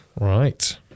Right